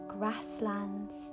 grasslands